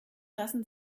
lassen